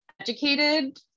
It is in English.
educated